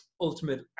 ultimate